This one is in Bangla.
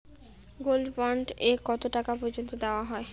গোল্ড বন্ড এ কতো টাকা পর্যন্ত দেওয়া হয়?